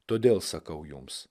todėl sakau jums